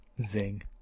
Zing